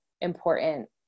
important